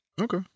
okay